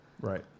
right